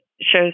shows